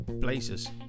places